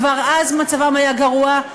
כבר אז מצבן היה גרוע.